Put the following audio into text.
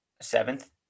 Seventh